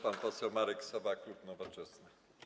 Pan poseł Marek Sowa, klub Nowoczesna.